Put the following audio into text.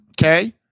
Okay